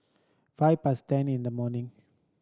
five past ten in the morning